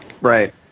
Right